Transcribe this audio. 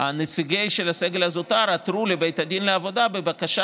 נציגי הסגל הזוטר עתרו לבית הדין לעבודה בבקשה